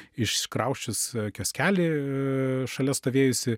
iškrausčius kioskelį šalia stovėjusį